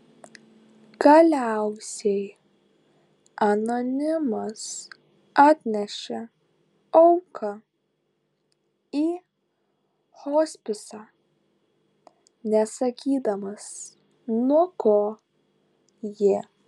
galiausiai anonimas atnešė auką į hospisą nesakydamas nuo ko ji